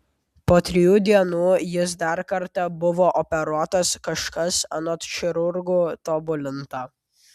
po trijų dienų jis dar kartą buvo operuotas kažkas anot chirurgų tobulinta